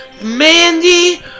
Mandy